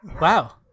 wow